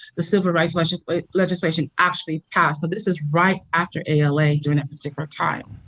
the civil rights legislation legislation actually passed, so this is right after ala during that particular time.